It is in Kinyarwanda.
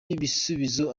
bisubizo